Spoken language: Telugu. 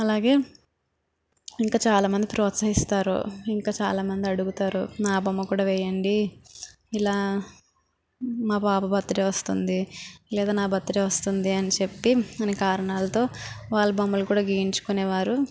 అలాగే ఇంకా చాలామంది ప్రోత్సహిస్తారు ఇంకా చాలామంది అడుగుతారు నా బొమ్మ కూడా వేయండి ఇలా మా పాప బర్త్ డే వస్తుంది లేదా నా బర్త్ డే వస్తుంది అని చెప్పి అని కారణాలతో వాళ్ళ బొమ్మలు కూడా గీయించుకునేవారు